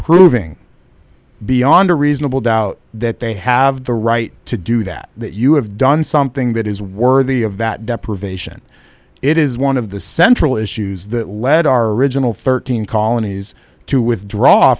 proving beyond a reasonable doubt that they have the right to do that that you have done something that is worthy of that deprivation it is one of the central issues that led our original thirteen colonies to withdraw